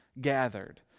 gathered